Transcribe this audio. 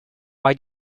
why